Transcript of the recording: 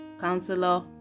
counselor